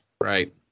Right